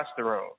testosterone